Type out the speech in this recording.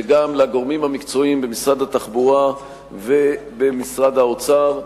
וגם לגורמים המקצועיים במשרד התחבורה ובמשרד האוצר,